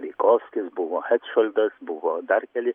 sveikovskis buvo hetšoldas buvo dar keli